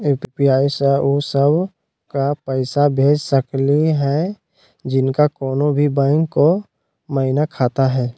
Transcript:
UPI स उ सब क पैसा भेज सकली हई जिनका कोनो भी बैंको महिना खाता हई?